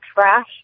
trash